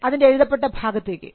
അതിൻറെ എഴുതപ്പെട്ട ഭാഗത്തേക്ക്